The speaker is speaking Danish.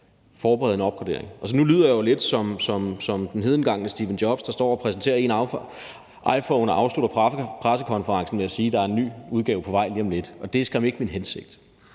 forberede en opgradering. Nu lyder jeg jo lidt som den hedengangne Steve Jobs, der står og præsenterer en iPhone og afslutter pressekonferencen ved at sige, at der er ny udgave på vej lige om lidt, og det er skam ikke min hensigt.